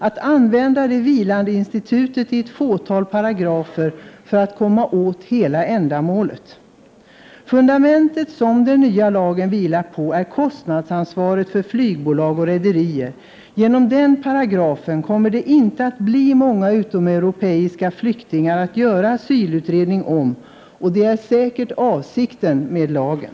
Att använda vilandeinstitutet i ett fåtal paragrafer för att komma åt hela ändamålet är möjligt. Fundamentet som den nya lagen vilar på är kostnadsansvaret för flygbolag och rederier. Genom den paragrafen kommer det inte att bli många utomeuropeiska flyktingar att göra asylutredning om, och det är säkert avsikten med lagen.